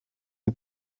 die